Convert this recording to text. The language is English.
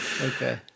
Okay